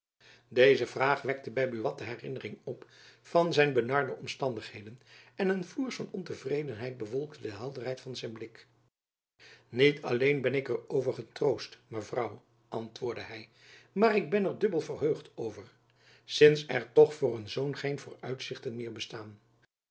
deze vraag wekte by buat de herinnering op van zijn benarde omstandigheden en een floers van ontevredenheid bewolkte de helderheid van zijn blik niet alleen ben ik er over getroost mevrouw antwoordde hy maar ik ben er dubbel verheugd over sints er toch voor een zoon geen vooruitzichten meer bestaan